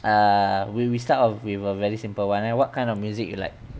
err we we start off with a very simple one what kind of music you like